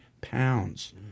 pounds